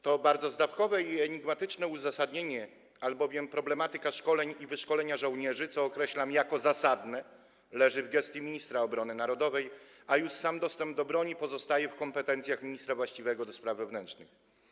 To bardzo zdawkowe i enigmatyczne uzasadnienie, albowiem problematyka szkoleń i wyszkolenia żołnierzy, co określam jako zasadne, leży w gestii ministra obrony narodowej, a już sam dostęp do broni pozostaje w kompetencjach ministra właściwego do spraw wewnętrznych.